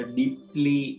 deeply